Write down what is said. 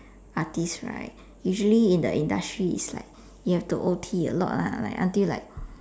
artist right usually in the industry is like you have to O_T a lot lah until like